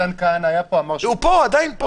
מתן כהנא היה פה, אמר --- הוא פה, עדיין פה.